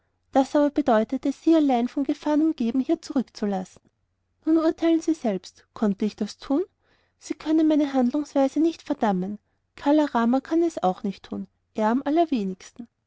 das aber bedeutete sie allein von gefahren umgeben hier zurückzulassen nun urteilen sie selbst konnte ich das tun sie können meine handlungsweise nicht verdammen kala rama kann es auch nicht tun er am allerwenigsten